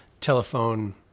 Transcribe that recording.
telephone